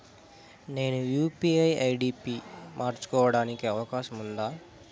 నేను UPI ID పి మార్చుకోవడానికి అవకాశం ఉందా?